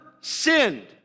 sinned